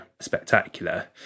spectacular